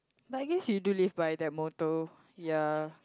but I guess you do live by that motto ya